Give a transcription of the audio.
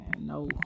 no